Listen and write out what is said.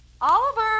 Oliver